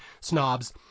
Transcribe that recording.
snobs